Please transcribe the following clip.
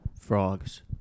Frogs